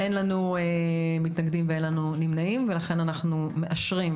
אין לנו מתנגדים ואין לנו נמנעים ולכן אנחנו מאשרים.